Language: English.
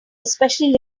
especially